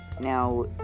now